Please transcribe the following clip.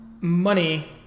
Money